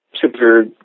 super